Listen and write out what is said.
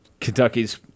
Kentucky's